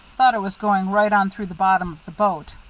thought it was going right on through the bottom of the boat.